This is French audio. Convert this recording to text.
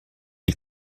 ils